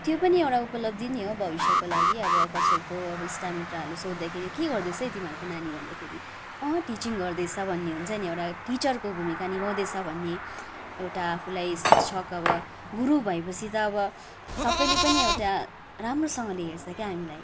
त्यो पनि एउटा उपलब्धि नै हो भविष्यको लागि अब कसैको अब इष्टामित्रहरूले सोद्धाखेरि के गर्दैछ है तिमीहरूको नानी भन्दाखेरि अँ टिचिङ गर्दैछ भन्ने हुन्छ नि एउटा टिचरको भूमिका निभाउँदैछ भन्ने एउटा आफूलाई शिक्षक अब गुरु भएपछि त अब सबैले पनि एउटा राम्रोसँगले हेर्छ क्या हामीलाई